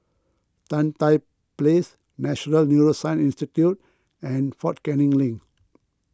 Tan Tye Place National Neuroscience Institute and fort Canning Link